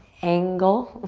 angle,